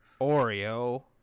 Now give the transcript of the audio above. Oreo